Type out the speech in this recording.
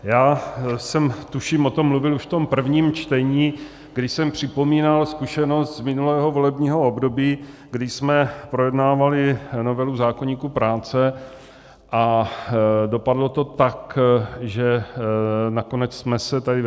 Já jsem o tom, tuším, mluvil už v tom prvním čtení, kdy jsem připomínal zkušenost z minulého volebního období, kdy jsme projednávali novelu zákoníku práce, a dopadlo to tak, že nakonec jsme se tady ve